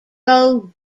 road